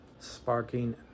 sparking